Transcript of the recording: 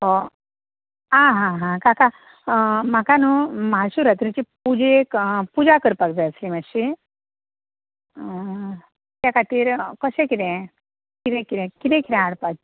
ओ आं हां हां काका म्हाका न्हय म्हाशिवरात्रेची पुजेक पुजा करपाक जाय आसली मातशी त्या खातीर कशें कितें कितें कितें कितें कितें हाडपा